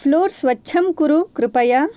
floor स्वच्छं कुरु कृपया